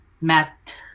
Matt